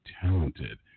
talented